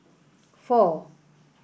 four